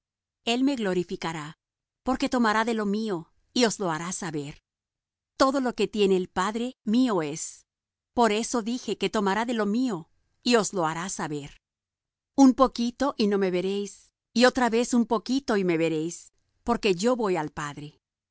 el me glorificará porque tomará de lo mío y os lo hará saber todo lo que tiene el padre mío es por eso dije que tomará de lo mío y os lo hará saber un poquito y no me veréis y otra vez un poquito y me veréis porque yo voy al padre